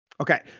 Okay